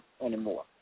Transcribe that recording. anymore